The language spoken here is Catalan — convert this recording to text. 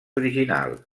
original